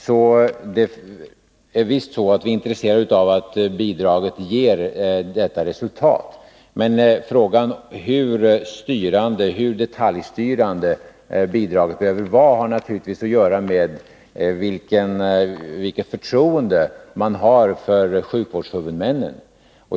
Vi är visst intresserade av att bidraget ger detta resultat, men frågan om hur detaljstyrande bidraget behöver vara har naturligtvis att göra med vilket förtroende man har för sjukvårdshuvudmännen.